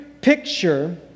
picture